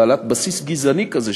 בעלת בסיס גזעני כזה,